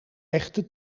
echte